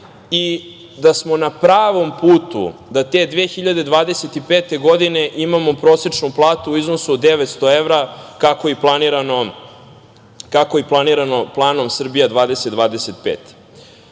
i da smo na pravom putu da te 2025. godine imamo prosečnu platu od 900 evra, kako je planirano planom Srbija 2025.I